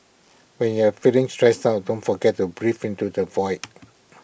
when you are feeling stressed out don't forget to breathe into the void